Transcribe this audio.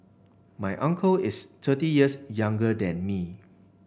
my uncle is thirty years younger than me